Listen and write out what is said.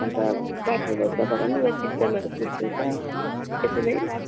अन्त बाथरूमहरू सफा गर्नु र किचनहरू पुस्नु छ त्यति नै